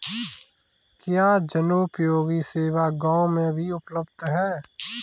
क्या जनोपयोगी सेवा गाँव में भी उपलब्ध है?